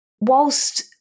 Whilst